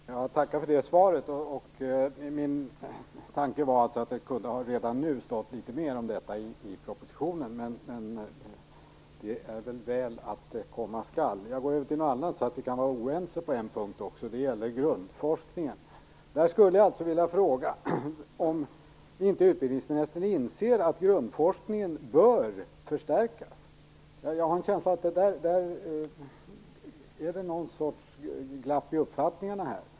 Fru talman! Jag tackar för svaret. Min tanke var att det redan nu kunde ha stått mer om detta i propositionen. Men det är väl att det kommer. Jag skall gå över till ett annat område, så att vi kan vara oense på någon punkt också. Det gäller grundforskningen. Jag skulle vilja fråga om utbildningsministern inte inser att grundforskningen bör förstärkas. Jag har en känsla av att det finns något slags glapp i uppfattningarna.